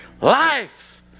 life